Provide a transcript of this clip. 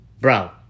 Bro